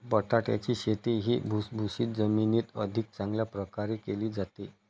बटाट्याची शेती ही भुसभुशीत जमिनीत अधिक चांगल्या प्रकारे केली जाते